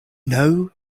know